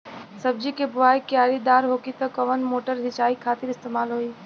सब्जी के बोवाई क्यारी दार होखि त कवन मोटर सिंचाई खातिर इस्तेमाल होई?